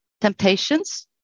temptations